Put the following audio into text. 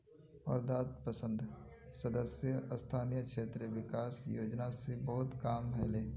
वर्धात संसद सदस्य स्थानीय क्षेत्र विकास योजना स बहुत काम ह ले